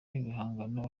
ibihangano